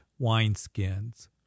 wineskins